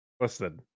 Listen